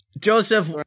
Joseph